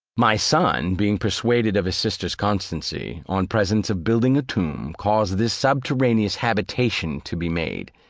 my son being persuaded of his sister's constancy, on presence of building a tomb, caused this subterraneous habitation to be made,